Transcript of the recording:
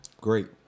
Great